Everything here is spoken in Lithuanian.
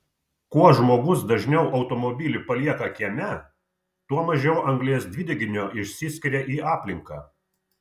kuo žmogus dažniau automobilį palieka kieme tuo mažiau anglies dvideginio išsiskiria į aplinką